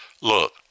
look